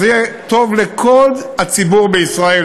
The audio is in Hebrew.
אז יהיה טוב לכל הציבור בישראל,